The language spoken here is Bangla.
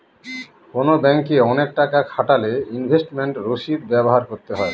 কোনো ব্যাঙ্কে অনেক টাকা খাটালে ইনভেস্টমেন্ট রসিদ ব্যবহার করতে হয়